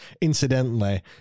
Incidentally